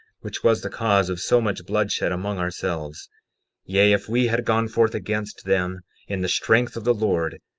which was the cause of so much bloodshed among ourselves yea, if we had gone forth against them in the strength of the lord,